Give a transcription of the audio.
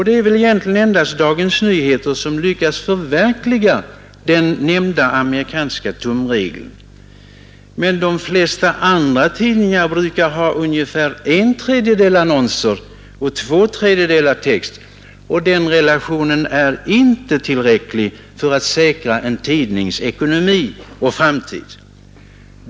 Det är väl egentligen endast Dagens Nyheter som lyckats leva upp till den nämnda amerikanska tumregeln. Men de flesta övriga tidningar brukar ha ungefär en tredjedel annonser och två tredjedelar text. Och den relationen är inte tillräcklig för att säkra en tidnings ekonomi och framtid.